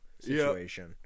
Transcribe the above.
situation